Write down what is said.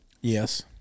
Yes